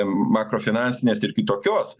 makrofinansinės ir kitokios